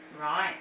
Right